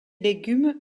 légumes